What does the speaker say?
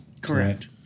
correct